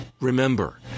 Remember